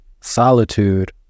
solitude